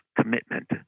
commitment